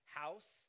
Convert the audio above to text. house